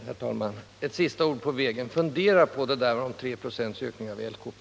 Herr talman! Ett sista ord på vägen: Fundera på det där om 3 96 ökning av